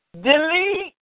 Delete